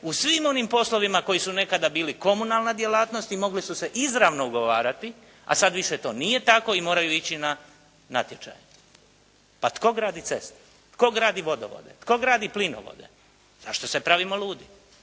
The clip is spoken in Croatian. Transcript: u svim onim poslovima koji su nekada bili komunalna djelatnost i mogli su se izravno ugovarati a sada više to nije tako i moraju ići na natječaj. A tko gradi ceste, tko gradi vodovode, tko gradi plinovode, zašto se pravimo ludi?